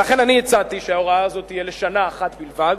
ולכן אני הצעתי שההוראה הזאת תהיה לשנה אחת בלבד,